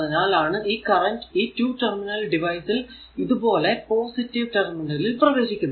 അതിനാൽ ആണ് ഈ കറന്റ് ഈ 2 ടെർമിനൽ ഡിവൈസ് ൽ ഇത് പോലെ പോസിറ്റീവ് ടെർമിനൽ പ്രവേശിക്കുന്നത്